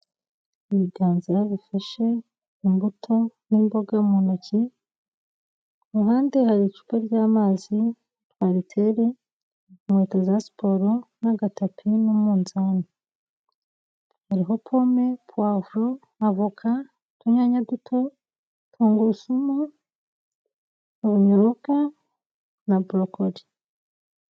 Ibiganza bifashe imbuto n'imboga mu ntoki ruhande hari icupa ry'amazi mariteri inkweto za siporo n'agatapi, n'umunzani hariho pome, pavuro, avoca, utunyanya duto, tungurusumu. ruyoka na burokori.